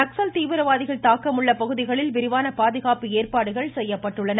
நக்சல் தீவிரவாதிகள் தாக்கம் உள்ள பகுதிகளில் விரிவான பாதுகாப்பு ஏற்பாடுகள் செய்யப்பட்டுள்ளன